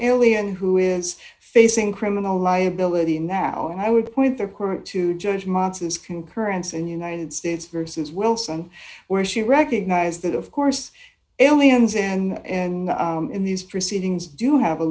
alien who is facing criminal liability now and i would point the current to judge monson's concurrence in united states versus wilson where she recognized that of course aliens and and in these proceedings do have a